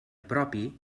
propi